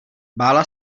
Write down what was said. bála